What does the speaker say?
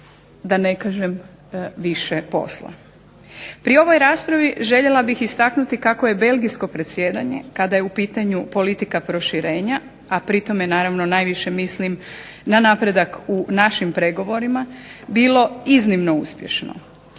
da ne kažem više posla. Pri ovoj raspravi željela bih istaknuti kako je belgijsko predsjedanje kada je u pitanju politika proširenja, a pri tome naravno najviše mislim na napredak u našim pregovorima, bilo iznimno uspješno.